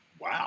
Wow